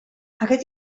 aquest